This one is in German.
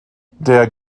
der